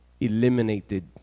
eliminated